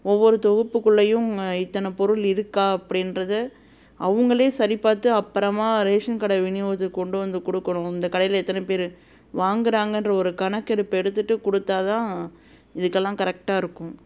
ஒவ்வொரு தொகுப்புக்குள்ளேயும் இத்தனை பொருள் இருக்கா அப்படின்றத அவங்களே சரிபாத்து அப்புறமா ரேஷன் கடை விநியோகத்துக்கு கொண்டு வந்து கொடுக்கணும் இந்த கடையில் எத்தனை பேர் வாங்கிறாங்கன்ற ஒரு கணக்கெடுப்பு எடுத்துகிட்டு கொடுத்தா தான் இதுக்கெல்லாம் கரெக்டாயிருக்கும்